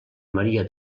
maria